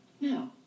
No